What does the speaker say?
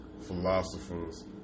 philosophers